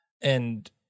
and-